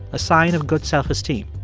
a sign of good self-esteem.